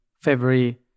February